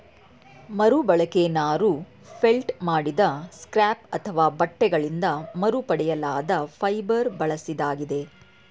ಮರುಬಳಕೆ ನಾರು ಫೆಲ್ಟ್ ಮಾಡಿದ ಸ್ಕ್ರ್ಯಾಪ್ ಅಥವಾ ಬಟ್ಟೆಗಳಿಂದ ಮರುಪಡೆಯಲಾದ ಫೈಬರ್ ಬಳಸಿದಾಗಿದೆ